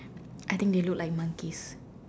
I think they look like monkeys